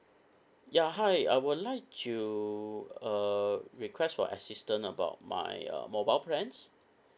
ya hi I would like to uh request for assistant about my uh mobile plans